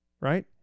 right